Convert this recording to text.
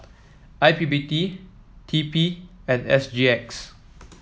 I P P T T P and S G X